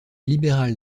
libérale